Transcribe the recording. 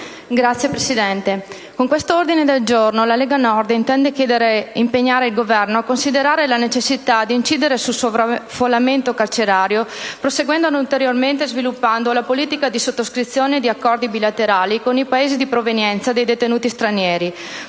siano effettivamente scontate in carcere, impegna il Governo a considerare la necessità di incidere sul sovraffollamento carcerario proseguendo ed ulteriormente sviluppando la politica di sottoscrizione di accordi bilaterali con i Paesi di provenienza dei detenuti stranieri,